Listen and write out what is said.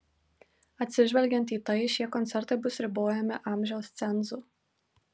atsižvelgiant į tai šie koncertai bus ribojami amžiaus cenzu